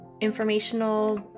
informational